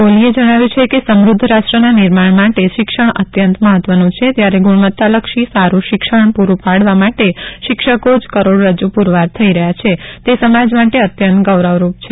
કોહલીએ જણાવ્યું છે કે સમૃદ્ધ રાષ્ટ્રના નિર્માણ માટે શિક્ષણ અત્યંત મહત્વનું છે ત્યારે ગુણવત્તાલક્ષી સારું શિક્ષણ પ્રરું પાડવા માટે શિક્ષકો જ કરોડરજ્જુ પુરવાર થઈ રહ્યા છે તે સમાજ માટે અત્યંત ગૌરવરૂપ છે